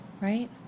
Right